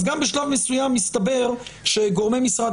אז גם בשלב מסוים הסתבר שגורמי משרד